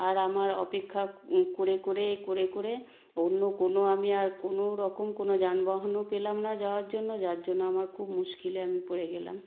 আর আমার অপেক্ষা করে করে করে করে অন্য কোনো আমি আর কোনো রকম কোনো যানবাহনও পেলাম না যাওয়ার জন্য যার জন্য আমার খুব মুশকিলে আমি পড়ে গেলাম